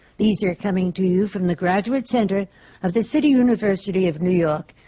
these are coming to you from the graduate center of the city university of new york,